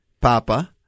Papa